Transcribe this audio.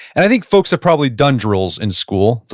and i think folks have probably done drills in school.